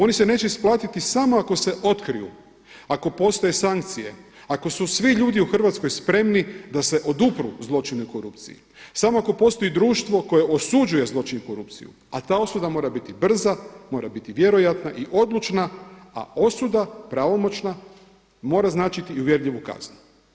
Oni se neće isplatiti samo ako se otkriju, ako postoje sankcije, ako su svi ljudi u Hrvatskoj spremni da se odupru zločinu i korupciji, samo ako postoji društvo koje osuđuje zločin i korupciju a ta osuda mora biti brz, mora biti vjerojatna i odlučna a osuda pravomoćna mora značiti i uvjerljivu kaznu.